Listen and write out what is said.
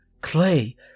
Clay